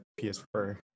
PS4